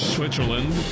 Switzerland